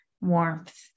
warmth